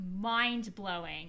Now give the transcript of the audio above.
mind-blowing